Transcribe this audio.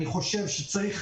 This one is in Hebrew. אני חושב שצריך